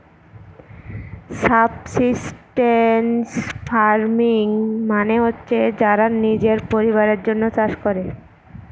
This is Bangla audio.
সাবসিস্টেন্স ফার্মিং মানে হচ্ছে যারা নিজের পরিবারের জন্য চাষ করে